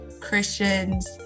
Christians